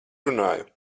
runāju